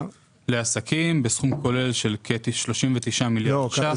לעסקים בסכום כולל של כ-39 מיליון ₪.